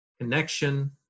connection